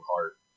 heart